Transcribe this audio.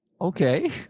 okay